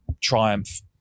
triumph